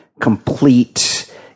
complete